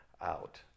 out